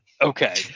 okay